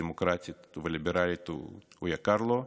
דמוקרטית וליברלית יקר לו,